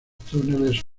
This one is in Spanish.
túneles